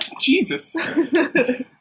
Jesus